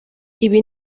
ibi